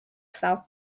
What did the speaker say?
south